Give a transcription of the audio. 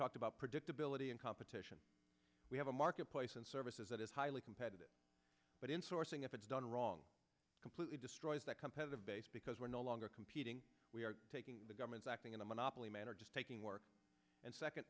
talked about predictability and competition we have a marketplace and services that is highly competitive but in sourcing if it's done wrong completely destroys that competitive base because we're no longer competing we are taking the government acting in a monopoly manner just taking work and second